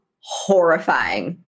horrifying